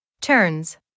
Turns